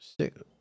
six